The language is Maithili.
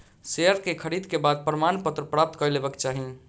शेयर के खरीद के बाद प्रमाणपत्र प्राप्त कय लेबाक चाही